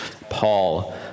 Paul